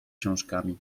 książkami